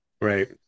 right